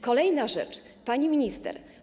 Kolejna rzecz, pani minister.